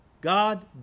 God